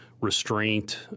restraint